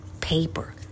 paper